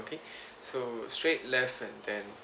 okay so straight left and then